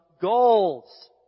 goals